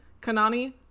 Kanani